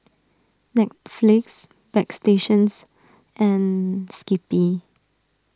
Netflix Bagstationz and Skippy